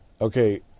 okay